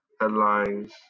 headlines